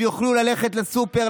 כך שיוכלו ללכת לסופר,